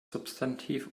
substantiv